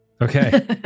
Okay